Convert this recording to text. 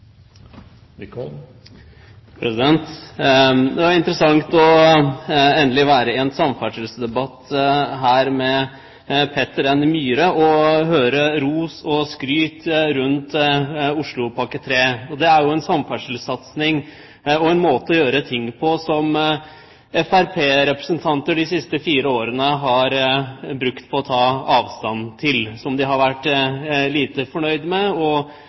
Det er interessant endelig å være i en samferdselsdebatt med Peter N. Myhre og høre ros og skryt av Oslopakke 3. Det er en samferdselssatsing og en måte å gjøre ting på som representanter fra Fremskrittspartiet de siste fire årene har brukt mye tid på å ta avstand fra, som de har vært lite fornøyd med,